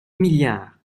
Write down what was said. milliards